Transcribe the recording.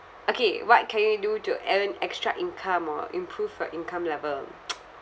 okay what can you do to earn extra income or improve your income level